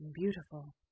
beautiful